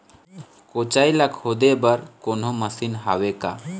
कोचई ला खोदे बर कोन्हो मशीन हावे का?